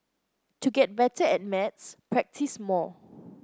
to get better at maths practise more